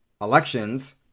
elections